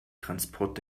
transport